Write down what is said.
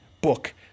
book